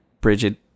bridget